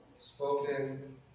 spoken